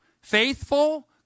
faithful